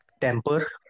temper